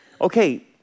Okay